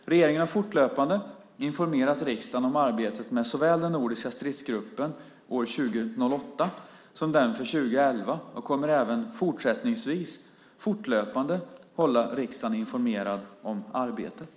Regeringen har fortlöpande informerat riksdagen om arbetet med såväl den nordiska stridsgruppen år 2008 som den för år 2011 och kommer även fortsättningsvis fortlöpande att hålla riksdagen informerad om arbetet.